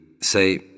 say